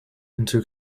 into